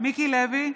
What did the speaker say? מיקי לוי,